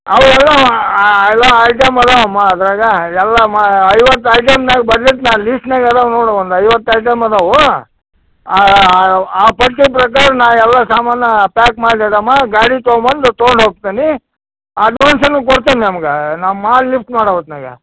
ಅವೆಲ್ಲಾ ಎಲ್ಲ ಐಟಮ್ ಎಲ್ಲ ಅದರಾಗ ಎಲ್ಲ ಐವತ್ತು ಐಟಮ್ ಬರ್ದಿರ್ತಿನಿ ಲಿಸ್ಟನ್ಯಾಗ್ ಅದಾವ ನೋಡು ಒಂದು ಐವತ್ತು ಐಟಮ್ ಅದಾವು ಆ ಪಟ್ಟಿ ಪ್ರಕಾರ ನಾ ಎಲ್ಲ ಸಾಮಾನು ಪ್ಯಾಕ್ ಮಾಡಿ ಇಡಮ್ಮ ಗಾಡಿ ತೊಗೊಂಡ್ ಬಂದ್ ತೊಗೊಂಡು ಹೋಗ್ತಿನಿ ಅಡ್ವಾನ್ಸನ್ನೂ ಕೊಡ್ತಿನಿ ನಿಮಗೆ ನಮ್ಮ ಮಾಲು ಲಿಫ್ಟ್ ಮಾಡೋ ಹೊತ್ನಾಗ